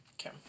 Okay